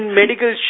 medical